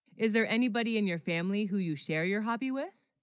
is there anybody in your family, who you share your hobby with